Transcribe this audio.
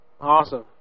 Awesome